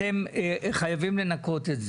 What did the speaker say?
אתם חייבים לנכות את זה,